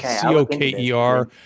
C-O-K-E-R